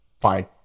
Fine